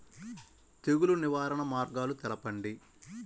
తెగులు నివారణ మార్గాలు తెలపండి?